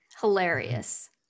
Hilarious